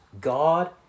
God